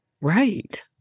Right